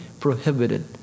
prohibited